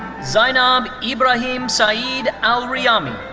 zainadb um ibrahim so yeah said al-riyami.